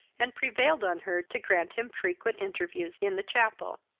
and prevailed on her to grant him frequent interviews in the chapel.